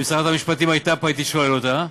אם שרת המשפטים הייתה פה, הייתי שואל אותה.